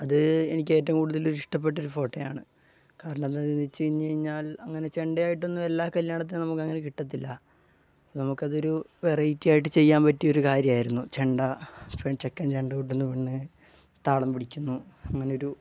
അത് എനിക്ക് ഏറ്റോം കൂടുതൽ ഇഷ്ടപ്പെട്ട ഒരു ഫോട്ടയാണ് കാരണവെന്താന്ന് വെച്ച് കഴിഞ്ഞ് കഴിഞ്ഞാൽ അങ്ങനെ ചെണ്ടയായിട്ടൊന്നുവെല്ലാ കല്യാണത്തിനും നമുക്ക് അങ്ങനെ കിട്ടത്തില്ല നമുക്ക് അതൊരു വെറൈറ്റി ആയിട്ട് ചെയ്യാന് പറ്റിയൊരു കാര്യമായിരുന്നു ചെണ്ട ചെക്കൻ ചെണ്ട കൊട്ടുന്നു പെണ്ണ് താളം പിടിക്കുന്നു അങ്ങനൊരു